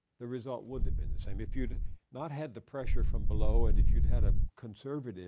the result wouldn't have been the same. if you'd not had the pressure from below and if you'd had a conservative